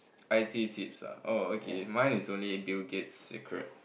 I_T tips ah oh okay mine is only Bill-Gates' secret